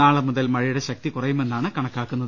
നാളെ മുതൽ മഴയുടെ ശക്തി കുറയുമെന്നാണ് കണക്കാക്കപ്പെടുന്നത്